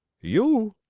you?